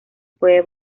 puede